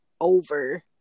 over